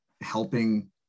helping